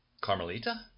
Carmelita